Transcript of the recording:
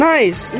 Nice